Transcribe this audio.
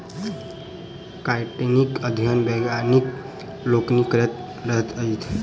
काइटीनक अध्ययन वैज्ञानिक लोकनि करैत रहैत छथि